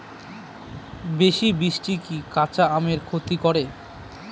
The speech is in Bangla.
বেশি বৃষ্টি কি কাঁচা আমের ক্ষতি করে?